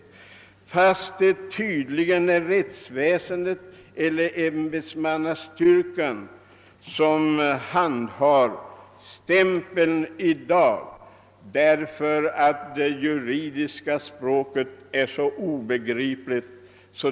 I dag är det tydligen rättsväsendet eller ämbetsmannastyrkan som handhar namnstämpeln på grund av att det juridiska språket är så obegripligt.